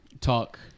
talk